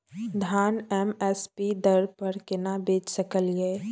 धान M S P दर पर केना बेच सकलियै?